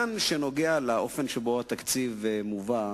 במה שנוגע לאופן שבו התקציב מובא,